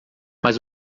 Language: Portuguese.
mas